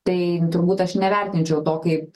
tai turbūt aš nevertinčiau to kaip